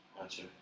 Gotcha